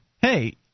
Hey